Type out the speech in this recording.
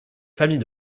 famille